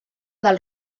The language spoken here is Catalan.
del